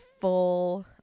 full